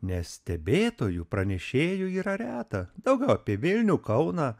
nes stebėtojų pranešėjų yra reta daugiau apie vilnių kauną